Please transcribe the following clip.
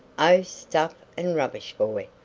oh, stuff and rubbish, boy!